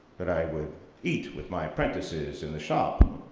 but i would eat with my apprentices in the shop.